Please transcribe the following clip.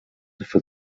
for